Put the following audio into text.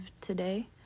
today